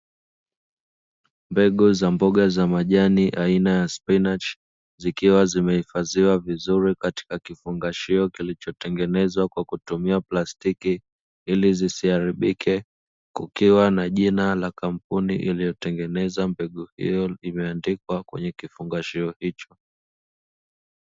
Mbegu za mbogamboga aina ya spinachi, zimehifadhiwa vizuri kwenye vifungashio vilivyotengenezwa kwa kutumia plastiki, ili zisiharibike, juu ya vifungashio hivyo kuna jina la kampuni iliyotengeneza mbegu hizo.